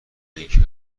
اینکه